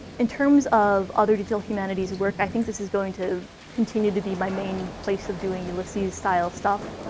in terms of other digital humanities work, i think this is going to continue to be my main place of doing ulysses-style stuff.